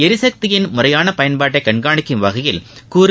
எரிசக்தியின் முறையான பயன்பாட்டை கண்காணிக்கும் வகையில் குறு